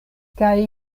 kaj